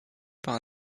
par